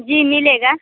जी मिलेगा